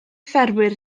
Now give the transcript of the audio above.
ffermwyr